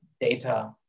data